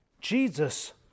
Jesus